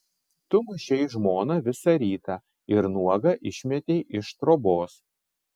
tu mušei žmoną visą rytą ir nuogą išmetei iš trobos